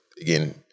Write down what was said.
again